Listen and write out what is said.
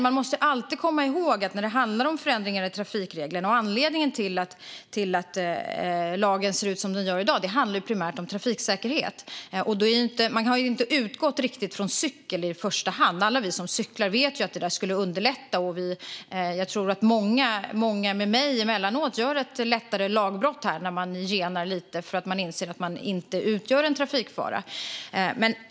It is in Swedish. Man måste alltid komma ihåg att när det handlar om förändringar av trafikregler och att anledningen till att lagen ser ut som den gör i dag har det primärt med trafiksäkerhet att göra. Man har inte riktigt i första hand utgått från cykel. Alla vi som cyklar vet att detta skulle underlätta. Jag tror att många med mig emellanåt gör sig skyldiga till ett lättare lagbrott då man genar eftersom man ser att man inte utgör en trafikfara.